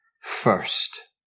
first